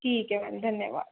ठीक है मैम धन्यवाद